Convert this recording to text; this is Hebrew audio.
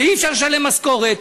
ואי-אפשר לשלם משכורת,